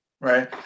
Right